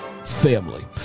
family